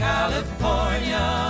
California